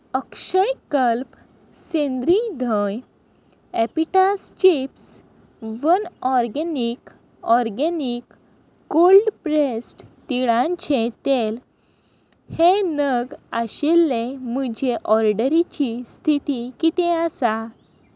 अक्षय कल्प सेंद्री धंय ऍपिटास chips one organic organic cold pressed तिळांचे तेल हें नग आशिल्ले म्हजें ऑर्डरीची स्थिती कितें आसा